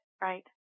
right